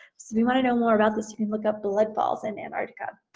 so if you wanna know more about this you can look up blood falls in antarctica,